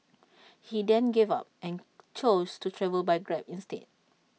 he then gave up and chose to travel by grab instead